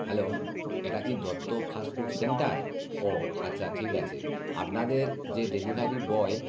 hello এটা কি Dutta fast food centre ও আচ্ছা ঠিক আছে আপনাদের যে ডেলিভারি বয়